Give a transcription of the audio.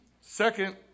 Second